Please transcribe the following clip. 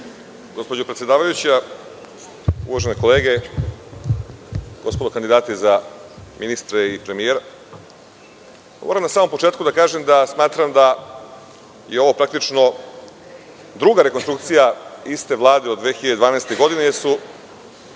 Gospođo predsedavajuća, uvažene kolege, gospodo kandidati za ministre i premijera, moram na samom početku da kažem da smatram da je ovo praktično druga rekonstrukcija iste Vlade od 2012. godine, jer